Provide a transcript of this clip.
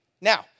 Now